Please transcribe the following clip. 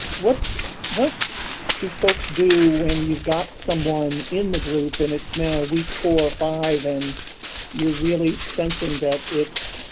what what do folks do when you've got someone in the group, and it's now week four or five and you're really sensing that it's